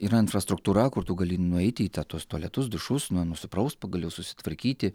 yra infrastruktūra kur tu gali nueiti į tą tuos tualetus dušus nu nusipraust pagaliau susitvarkyti